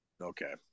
Okay